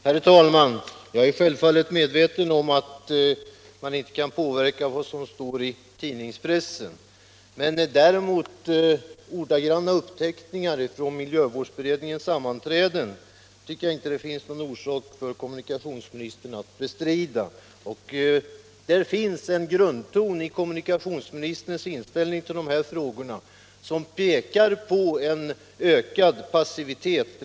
Herr talman! Jag är självfallet medveten om att man inte kan påverka det som står i tidningspressen. Men ordagranna uppteckningar från miljövårdsberedningens sammanträden tycker jag inte att det finns någon orsak för kommunikationsministern att bestrida. I kommunikationsministerns inställning till dessa frågor finns en grundton, som pekar på en ökad passivitet.